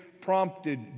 prompted